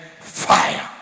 fire